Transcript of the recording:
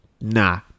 Nah